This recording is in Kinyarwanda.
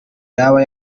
yaba